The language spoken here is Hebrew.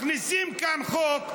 מכניסים כאן חוק,